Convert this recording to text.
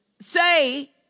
say